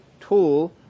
tool